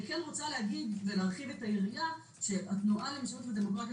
אני כן רוצה להרחיב את היריעה ולומר שהתנועה למשילות ודמוקרטיה